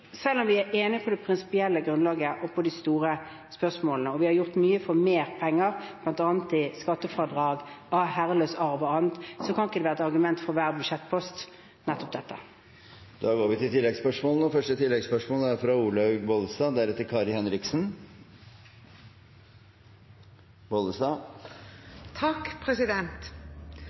selv om vi er enige om det prinsipielle grunnlaget og om de store spørsmålene – og vi har gjort mye for å få mer penger, bl.a. i skattefradrag på herreløs arv og annet – kan ikke det være et argument for hver budsjettpost.